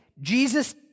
Jesus